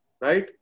Right